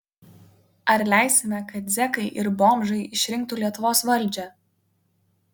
ar leisime kad zekai ir bomžai išrinktų lietuvos valdžią